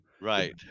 Right